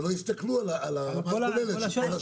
אבל לא הסתכלו על --- של כל השנה.